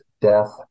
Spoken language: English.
death